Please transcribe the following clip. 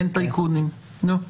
אין טייקונים, נו.